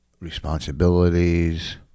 Responsibilities